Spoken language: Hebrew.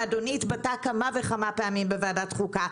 אדוני התבטא כמה וכמה פעמים בוועדת חוקה,